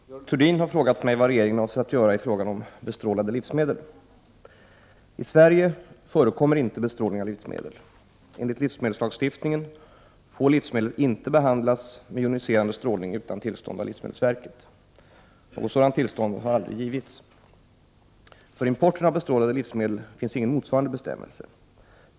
Herr talman! Görel Thurdin har frågat mig vad regeringen avser att göra i frågan om bestrålade livsmedel. I Sverige förekommer inte bestrålning av livsmedel. Enligt livsmedelslagstiftningen får livsmedel inte behandlas med joniserande strålning utan tillstånd av livsmedelsverket. Något sådant tillstånd har aldrig givits. För importen av bestrålade livsmedel finns ingen motsvarande bestämmelse.